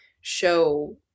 show